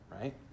right